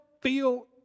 feel